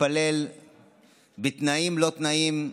התפלל בתנאים לא תנאים,